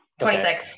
26